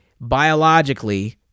biologically